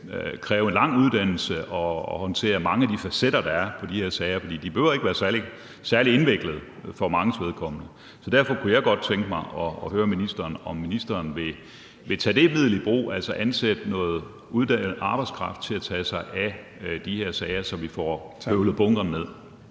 kræve en lang uddannelse at håndtere mange af de facetter, der er på de her sager. For de behøver ikke være særlig indviklede for manges vedkommende. Så derfor kunne jeg godt tænke mig at høre ministeren, om ministeren vil tage det middel i brug, altså at ansætte noget uddannet arbejdskraft til at tage sig af de her sager, så vi får høvlet bunkerne ned.